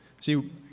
See